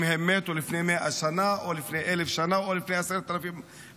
אם הם מתו לפני 100 שנה או לפני 1,000 שנה או לפני 10,000 שנים.